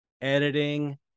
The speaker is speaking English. editing